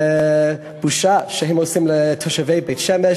זה בושה שהם עושים לתושבי בית-שמש,